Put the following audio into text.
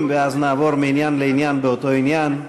ואז נעבור מעניין לעניין באותו עניין,